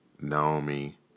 Naomi